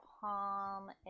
palm